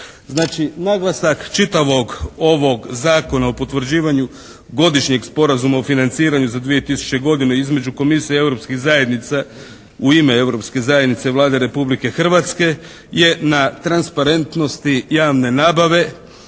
Znači, naglasak čitavog ovog Zakona o potvrđivanju godišnjem sporazuma o financiranju za 2000. godine između Komisije europskih zajednica u ime Europske zajednice Vlada Republike Hrvatske je na transparentnosti javne nabave